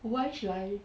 why should I